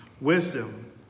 Wisdom